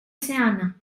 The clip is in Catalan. seana